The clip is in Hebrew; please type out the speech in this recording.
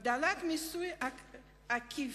הגדלת מיסוי עקיף